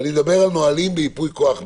ואני מדבר על נהלים בייפוי כוח מתמשך.